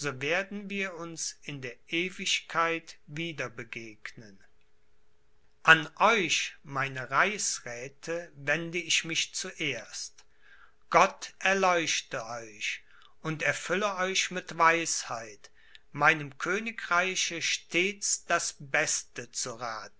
werden wir uns in der ewigkeit wieder begegnen an euch meine reichsräthe wende ich mich zuerst gott erleuchte euch und erfülle euch mit weisheit meinem königreiche stets das beste zu rathen